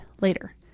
later